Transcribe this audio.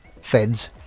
Feds